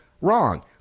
Wrong